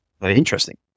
interesting